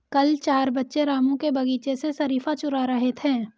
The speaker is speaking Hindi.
कल चार बच्चे रामू के बगीचे से शरीफा चूरा रहे थे